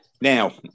now